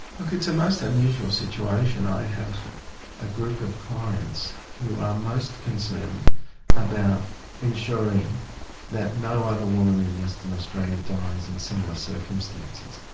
look, it's a most unusual situation. i have a group of clients who are most concerned about ensuring that no other woman in western australia dies in similar circumstances.